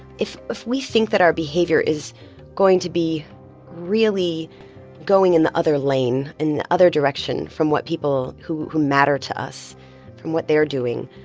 if if we think that our behavior is going to be really going in the other lane, in the other direction from what people who who matter to us from what they're doing,